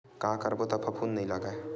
का करबो त फफूंद नहीं लगय?